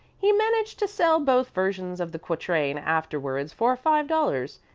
he managed to sell both versions of the quatrain afterwards for five dollars.